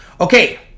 Okay